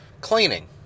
cleaning